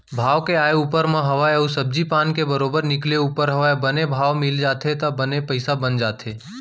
भाव के आय ऊपर म हवय अउ सब्जी पान के बरोबर निकले ऊपर हवय बने भाव मिल जाथे त बने पइसा बन जाथे